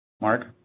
Mark